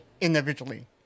individually